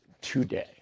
today